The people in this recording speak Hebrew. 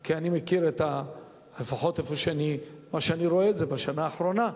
כי אני מכיר, לפחות מה שאני רואה בשנה האחרונה,